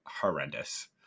horrendous